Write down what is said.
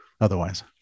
otherwise